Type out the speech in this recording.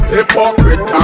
Hypocrite